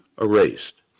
erased